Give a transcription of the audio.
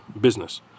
business